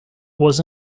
was